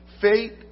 faith